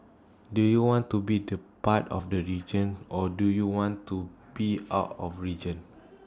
do you want to be the part of the region or do you want to be out of region